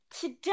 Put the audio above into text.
today